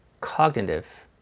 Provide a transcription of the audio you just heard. cognitive